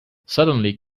suddenly